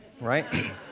right